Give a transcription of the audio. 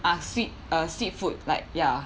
uh sweet uh sweet food like ya